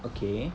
okay